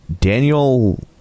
Daniel